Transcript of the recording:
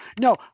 No